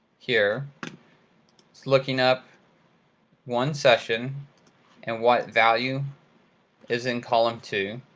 here it's looking up one session and what value is in column two.